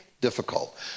difficult